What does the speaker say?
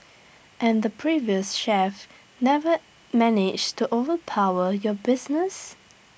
and the previous chef never managed to overpower your business